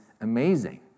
amazing